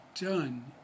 done